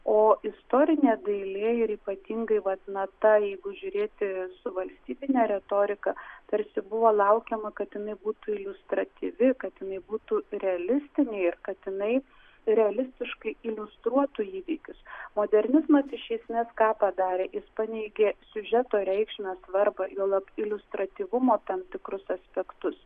o istorinė dailė ir ypatingai vat na ta jeigu žiūrėti su valstybine retorika tarsi buvo laukiama kad jinai būtų iliustratyvi kad jinai būtų realistinė ir kad jinai realistiškai iliustruotų įvykius modernizmas iš esmės ką padarė jis paneigė siužeto reikšmę svarbą juolab iliustratyvumo tam tikrus aspektus